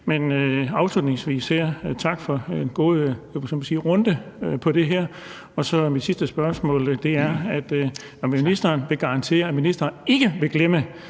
her sige tak for en god runde på det her. Og mit sidste spørgsmålet er, om ministeren vil garantere, at ministeren ikke vil glemme,